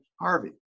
Harvey